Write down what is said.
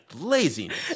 laziness